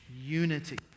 unity